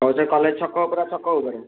ଆଉ ସେ କଲେଜ୍ ଛକ ପୂରା ଛକ ଉପରେ